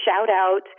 shout-out